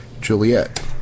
Juliet